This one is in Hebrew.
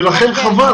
ולכן, חבל.